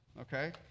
okay